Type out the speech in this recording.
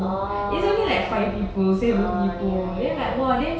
oh ah ya ya ya